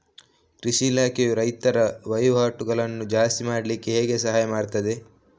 ಕೃಷಿ ಇಲಾಖೆಯು ರೈತರ ವಹಿವಾಟುಗಳನ್ನು ಜಾಸ್ತಿ ಮಾಡ್ಲಿಕ್ಕೆ ಹೇಗೆ ಸಹಾಯ ಮಾಡ್ತದೆ?